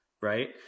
right